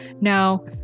Now